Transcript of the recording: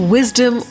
Wisdom